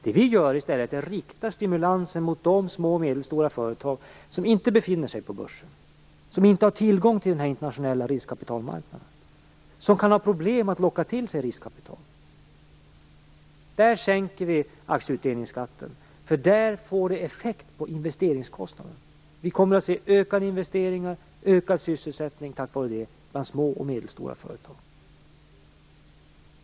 Det vi gör är i stället att rikta stimulansen mot de små och medelstora företag som inte befinner sig på börsen, som inte har tillgång till den internationella riskkapitalmarknaden, som kan ha problem att locka till sig riskkapital. Där sänker vi aktieutdelningsskatten, därför att där får det effekt på investeringskostnaden. Vi kommer tack vare det att se ökade investeringar och ökad sysselsättning bland små och medelstora företag.